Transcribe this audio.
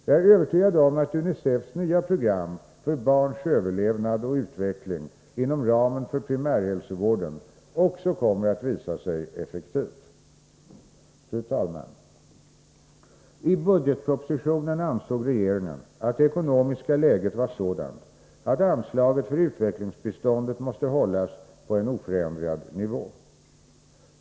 Jag är övertygad om att UNICEF:s nya program för barns överlevande och utveckling inom ramen för primärhälsovården också kommer att visa sig effektivt. Fru talman! I budgetpropositionen ansåg regeringen att det ekonomiska läget var sådant att anslaget för utvecklingsbiståndet måste hållas på en oförändrad nivå.